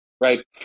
right